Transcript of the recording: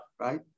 right